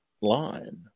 line